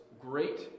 great